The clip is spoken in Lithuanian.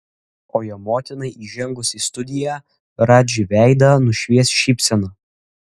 o jo motinai įžengus į studiją radži veidą nušvies šypsena